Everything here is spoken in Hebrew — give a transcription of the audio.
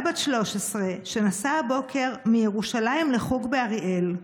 בת 13 שנסעה הבוקר מירושלים לחוג באריאל.